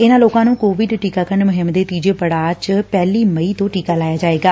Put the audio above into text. ਇਨ੍ਹਾਂ ਲੋਕਾਂ ਨ੍ਹੰ ਕੋਵਿਡ ਟੀਕਾਕਰਨ ਮੁਹਿੰਮ ਦੇ ਤੀਜੇ ਪੜਾਅ ਚ ਪਹਿਲੀ ਮਈ ਤੋ ਟੀਕਾ ਲਾਇਆ ਜਾਏਗਾ